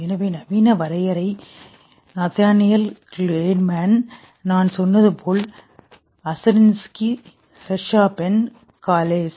எனவே நவீன வரையறை நதானியேல் கிளீட்மேன் நான் சொன்னது போல் அசெரின்ஸ்கி ரெட்ச்சாஃபென் காலேஸ்